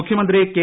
മുഖ്യമന്ത്രി കെ